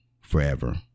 forever